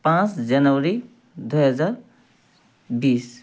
पाँच जनवरी दुई हजार बिस